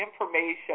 information